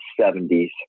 seventies